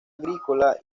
agrícola